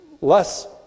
less